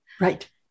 Right